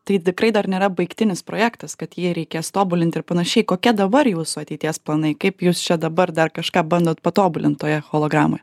tai tikrai dar nėra baigtinis projektas kad jį reikės tobulint ir panašiai kokie dabar jūsų ateities planai kaip jūs čia dabar dar kažką bandot patobulint toje hologramoj